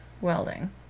welding